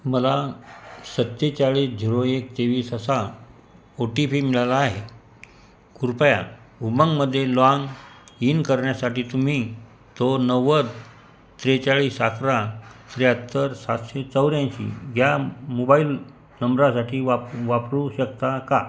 मला सत्तेचाळीस झिरो एक तेवीस असा ओ टी पी मिळाला आहे कृपया उमंगमध्ये लॉन इन करण्यासाठी तुम्ही तो नव्वद त्रेचाळीस अकरा त्र्याहत्तर सातशे चौऱ्याऐंशी या मोबाइल नंबरासाठी वाप वापरू शकता का